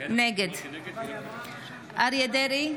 נגד אריה מכלוף דרעי,